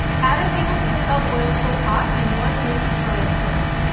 add a tablespoon of oil to a pot and one minced garlic clove.